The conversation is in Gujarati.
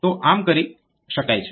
તો આમ કરી શકાય છે